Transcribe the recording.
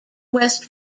west